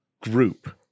group